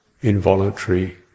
involuntary